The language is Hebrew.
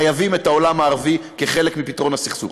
חייבים את העולם הערבי כחלק מפתרון הסכסוך.